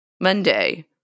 Monday